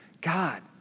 God